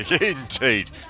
Indeed